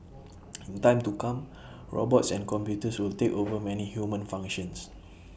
in time to come robots and computers will take over many human functions